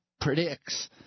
predicts